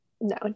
no